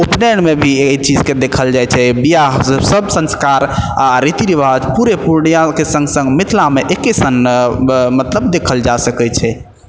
उपनयनमे भी एहि चीजके देखल जाइ छै विवाह से सब संस्कार आ रीति रिवाज पूरे पूर्णियाँके सङ्ग सङ्ग मिथिलामे एक्के सन मतलब देखल जा सकै छै